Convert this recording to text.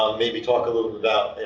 maybe talk a little bit about,